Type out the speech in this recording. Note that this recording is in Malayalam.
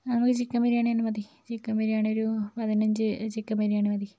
നമുക്ക് ചിക്കൻ ബിരിയാണി തന്നെ മതി ചിക്കൻ ബിരിയാണി ഒരു പതിനഞ്ച് ചിക്കൻ ബിരിയാണി മതി